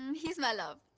um he's well off.